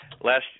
Last